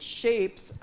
shapes